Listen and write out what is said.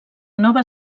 nova